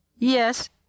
Yes